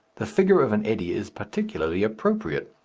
the figure of an eddy is particularly appropriate.